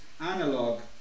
analog